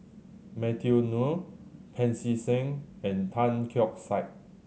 Matthew Ngui Pancy Seng and Tan Keong Saik